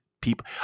people